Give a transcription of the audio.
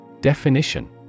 Definition